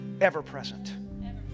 ever-present